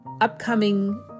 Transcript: upcoming